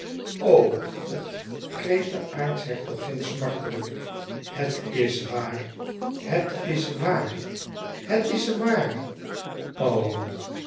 god kreet de aartshertogin smartelijk het is waar het is waar het is waar